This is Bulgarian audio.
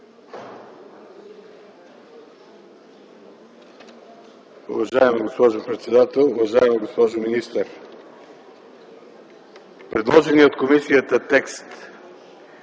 Уважаема госпожо председател, уважаема госпожо министър! Предложеният от комисията текст